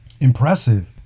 impressive